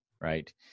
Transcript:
Right